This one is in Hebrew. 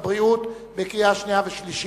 הבריאות (תיקון) לקריאה שנייה ושלישית.